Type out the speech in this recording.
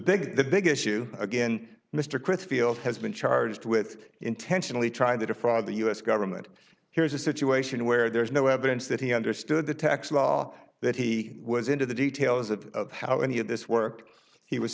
big the big issue again mr crisfield has been charged with intentionally trying to defraud the u s government here is a situation where there's no evidence that he understood the tax law that he was into the details of how any of this work he was